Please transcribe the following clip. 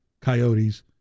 Coyotes